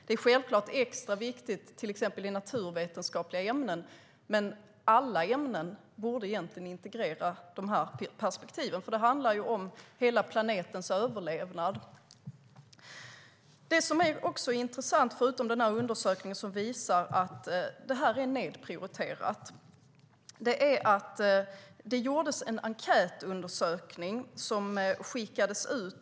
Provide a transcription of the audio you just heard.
Det är självklart extra viktigt i till exempel naturvetenskapliga ämnen, men egentligen borde alla ämnen integrera de här perspektiven, för det handlar ju om hela planetens överlevnad. Vad som också är intressant, förutom den undersökning som visar att detta är nedprioriterat, är att det gjordes en enkätundersökning som skickades ut.